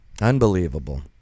unbelievable